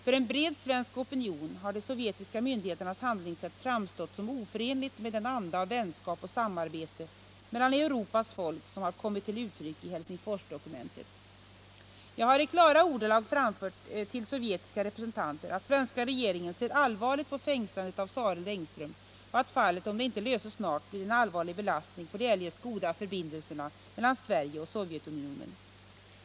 För en bred svensk opinion har de sovjetiska myndigheternas handlingssätt framstått som oförenligt med den anda av vänskap och samarbete mellan Europas folk som har kommit till uttryck i Helsingforsdokumentet. Jag har i klara ordalag fram fört till sovjetiska representanter att svenska regeringen ser allvarligt på fängslandet av Sareld och Engström och att fallet, om det inte löses snart, blir en allvarlig belastning för de eljest goda förbindelserna mellan Sverige och Sovjetunionen.